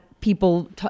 people